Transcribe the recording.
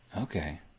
Okay